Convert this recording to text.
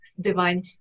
divine